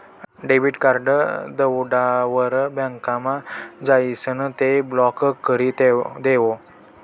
debit card दवडावर बँकमा जाइसन ते ब्लॉक करी देवो